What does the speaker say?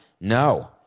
No